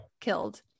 killed